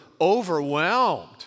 overwhelmed